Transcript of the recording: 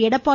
Edappadi